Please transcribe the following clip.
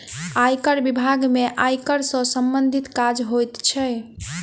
आयकर बिभाग में आयकर सॅ सम्बंधित काज होइत छै